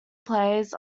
plays